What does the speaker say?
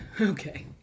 Okay